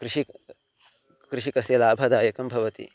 कृषिकस्य कृषिकस्य लाभदायकं भवति